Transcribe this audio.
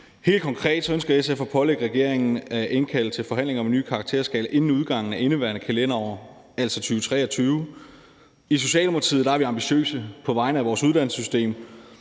Helt konkret ønsker SF at pålægge regeringen at indkalde til forhandlinger om en ny karakterskala inden udgangen af indeværende kalenderår, altså 2023. I Socialdemokratiet er vi ambitiøse på vegne af vores uddannelsessystem,